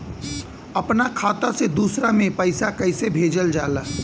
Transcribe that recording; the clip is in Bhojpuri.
अपना खाता से दूसरा में पैसा कईसे भेजल जाला?